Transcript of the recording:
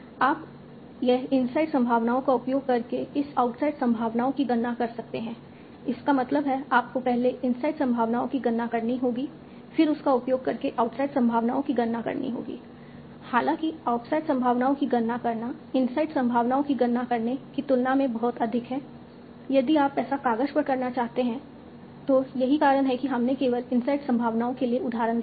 आप यह इनसाइड संभावनाओं का उपयोग करके इस आउटसाइड संभावनाओं की गणना कर सकते हैं इसका मतलब है आपको पहले इनसाइड संभावनाओं की गणना करनी होगी फिर उसका उपयोग करके आउटसाइड संभावनाओं की गणना करनी होगी हालांकि आउटसाइड संभावनाओं की गणना करना इनसाइड संभावनाओं की गणना करने की तुलना में बहुत अधिक कठिन है यदि आप ऐसा कागज पर करना चाहते हैं तो यही कारण है कि हमने केवल इनसाइड संभावनाओं के लिए एक उदाहरण दिया है